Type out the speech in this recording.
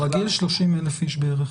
30,000 איש בערך.